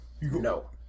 No